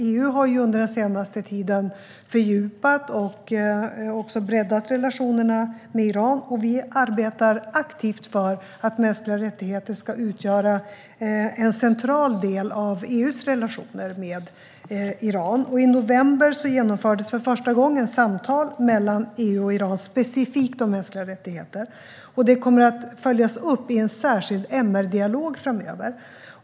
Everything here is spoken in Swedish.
EU har under den senaste tiden fördjupat och breddat relationerna med Iran, och vi arbetar aktivt för att mänskliga rättigheter ska utgöra en central del av EU:s relationer med Iran. I november genomfördes för första gången samtal mellan EU och Iran specifikt om mänskliga rättigheter. Det kommer att följas upp i en särskild MR-dialog framöver.